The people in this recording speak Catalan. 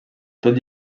tot